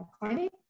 climate